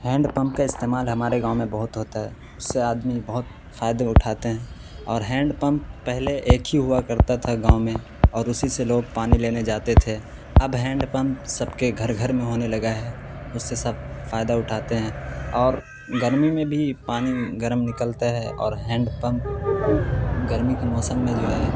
hand pump کا استعمال ہمارے گاؤں میں بہت ہوتا ہے اس سے آدمی بہت فائدے اٹھاتے ہیں اور ہینڈ پمپ پہلے ایک ہی ہوا کرتا تھا گاؤں میں اور اسی سے لوگ پانی لینے جاتے تھے اب ہینڈ پمپ سب کے گھر گھر میں ہونے لگا ہے اس سے سب فائدہ اٹھاتے ہیں اور گرمی میں بھی پانی گرم نکلتا ہے اور ہینڈ پمپ گرمی کے موسم میں جو ہے